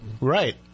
Right